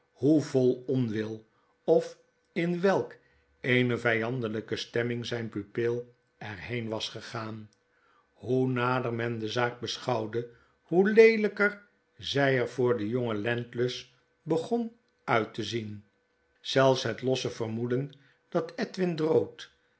hoe vol onwil of in welk eene vyandelijke stemming zijn pupil er heen was gegaan hoe nader men de zaak beschouwde hoe leelyker zij er voor den jongen landless begon uit te zien zelfs het losse vermoeden dat edwin drood